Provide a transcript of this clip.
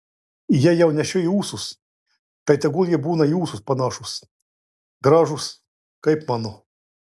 jei jau nešioji ūsus tai tegul jie būna į ūsus panašūs gražūs kaip mano